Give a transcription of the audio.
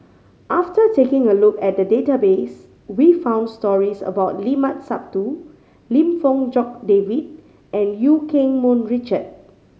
after taking a look at the database we found stories about Limat Sabtu Lim Fong Jock David and Eu Keng Mun Richard